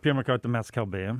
pirmą kartą mes kalbėjom